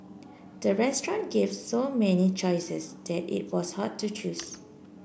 the restaurant gave so many choices that it was hard to choose